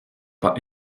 pas